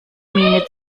miene